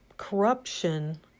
corruption